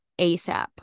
ASAP